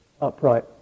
upright